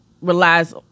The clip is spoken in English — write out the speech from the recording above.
relies